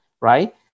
right